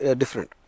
different